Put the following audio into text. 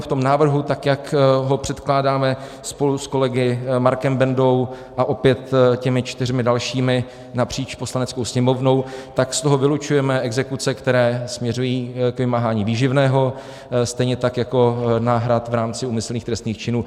V tom návrhu, tak jak ho předkládáme spolu s kolegy Markem Bendou a opět těmi čtyřmi dalšími napříč Poslaneckou sněmovnou, z toho vylučujeme exekuce, které směřují k vymáhání výživného, stejně tak jako náhrad v rámci úmyslných trestných činů.